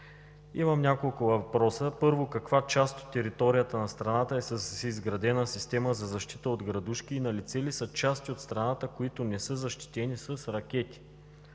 Имам няколко въпроса: каква част от територията на страната е с изградена система за защита от градушки и налице ли са части от страната, които не са защитени с ракети?